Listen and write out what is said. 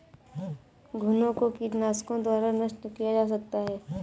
घुनो को कीटनाशकों द्वारा नष्ट किया जा सकता है